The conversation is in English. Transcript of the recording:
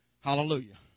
Hallelujah